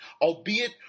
albeit